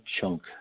chunk